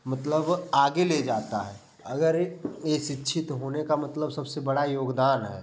मतलब आगे ले जाता है अगर ये ये शिक्षित होने का मतलब सबसे बड़ा योगदान है